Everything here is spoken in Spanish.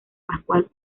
pascual